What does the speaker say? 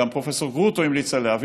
גם פרופ' גרוטו המליץ על זה,